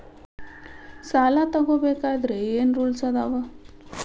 ಸಾಲ ತಗೋ ಬೇಕಾದ್ರೆ ಏನ್ ರೂಲ್ಸ್ ಅದಾವ?